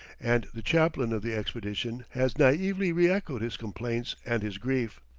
and the chaplain of the expedition has naively re-echoed his complaints and his grief.